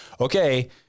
Okay